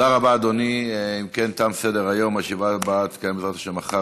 הודעה לסגן מזכירת הכנסת.